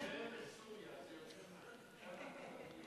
תישאר בסוריה,